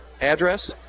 address